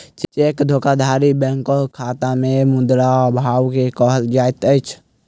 cheque धोखाधड़ी बैंकक खाता में मुद्रा अभाव के कहल जाइत अछि